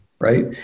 Right